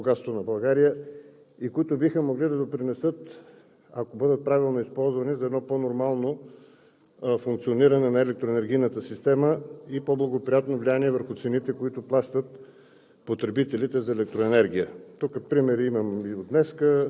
което не говори добре за управлението на водните ресурси, които са едно национално богатства на България и които биха могли да допринесат, ако бъдат правилно използвани, за едно по-нормално функциониране на електроенергийната система и по благоприятно влияние върху цените за